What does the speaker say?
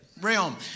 Realm